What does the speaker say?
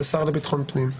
של השר לביטחון הפנים,